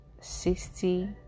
sixty